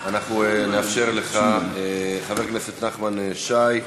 אנחנו נאפשר לך, חבר הכנסת נחמן שי.